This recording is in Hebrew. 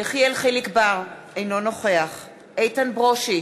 יחיאל חיליק בר, אינו נוכח איתן ברושי,